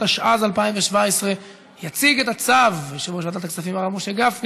התשע"ז 2017. יציג את הצו יושב-ראש ועדת הכספים הרב משה גפני.